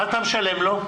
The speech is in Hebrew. מה אתה משלם לו?